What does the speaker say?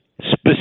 specific